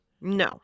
No